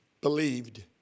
believed